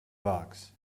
bugs